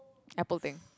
apple thing